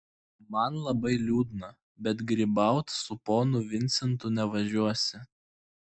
man labai liūdna bet grybaut su ponu vincentu nevažiuosi